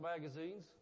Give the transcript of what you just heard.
magazines